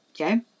okay